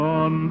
on